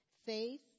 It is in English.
Faith